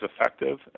effective